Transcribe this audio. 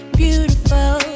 beautiful